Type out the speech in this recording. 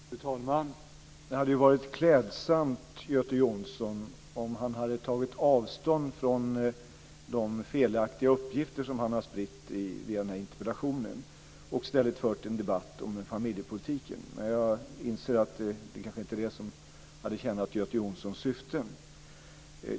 Fru talman! Det hade varit klädsamt om Göte Jonsson hade tagit avstånd från de felaktiga uppgifter som han har spritt via den här interpellationen och i stället fört en debatt om familjepolitiken. Men jag inser att det kanske inte är det som hade tjänat Göte Jonssons syften.